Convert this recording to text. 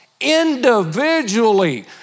individually